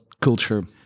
culture